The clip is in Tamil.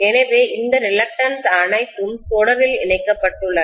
எனவே இந்த ரிலக்டன்ஸ் அனைத்தும் தொடரில் இணைக்கப்பட்டுள்ளன